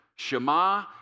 Shema